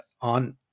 on